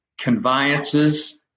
conveyances